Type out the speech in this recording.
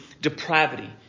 depravity